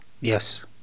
Yes